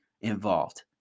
involved